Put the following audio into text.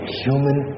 human